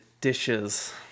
dishes